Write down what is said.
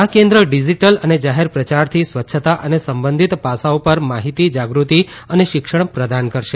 આ કેન્દ્ર ડિજિટલ અને જાહેર પ્રચારથી સ્વચ્છતા અને સંબંધિત પાસાઓ પર માહિતી જાગૃતિ અને શિક્ષણ પ્રદાન કરશે